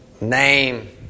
name